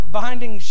binding